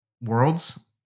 worlds